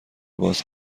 باز